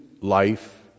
life